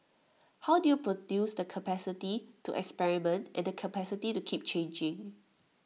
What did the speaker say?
how do you produce the capacity to experiment and the capacity to keep changing